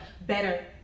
better